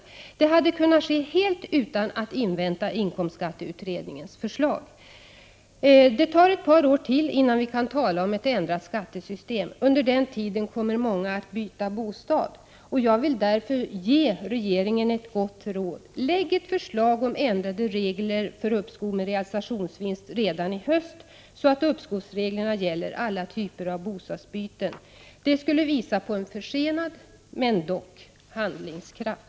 Det hade kunnat ske helt utan att man inväntade inkomstskatteutredningens förslag. Det tar ett par år till innan vi kan tala om ett ändrat skattesystem. Under den tiden kommer många att byta bostad. Jag vill därför ge regeringen ett gott råd: Lägg fram ett förslag om ändrade regler för uppskov med realisationsvinst redan i höst, så att uppskovsreglerna gäller alla typer av bostadsbyten! Det skulle visa på en försenad, men dock, handlingskraft.